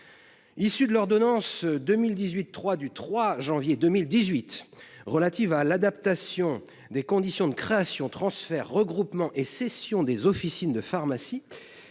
Issu de l’ordonnance n° 2018 3 du 3 janvier 2018 relative à l’adaptation des conditions de création, transfert, regroupement et cession des officines de pharmacie,